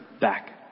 back